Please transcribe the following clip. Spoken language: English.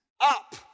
up